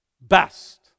best